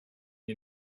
wir